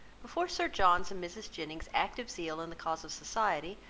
before sir john's and mrs. jennings's active zeal in the cause of society,